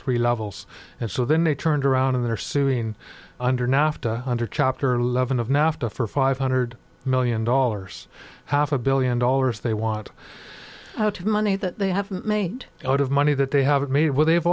three levels and so then they turned around and they are suing under nafta under chapter eleven of nafta for five hundred million dollars half a billion dollars they want to the money that they have made a lot of money that they have made well they've